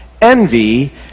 envy